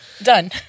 done